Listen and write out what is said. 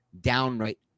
downright